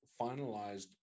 finalized